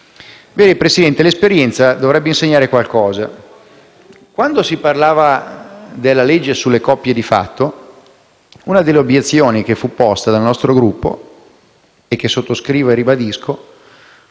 Presidente, l'esperienza dovrebbe insegnare qualcosa. Quando si discuteva del disegno di legge sulle coppie di fatto, una delle obiezioni che fu posta dal nostro Gruppo - che sottoscrivo e ribadisco